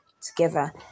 together